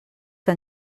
que